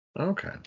Okay